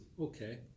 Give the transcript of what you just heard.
Okay